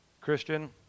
Christian